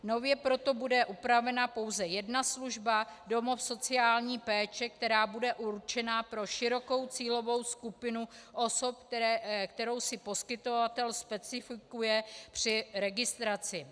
Nově proto bude upravena pouze jedna služba domov sociální péče, která bude určena pro širokou cílovou skupinu osob, kterou si poskytovatel specifikuje při registraci.